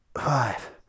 five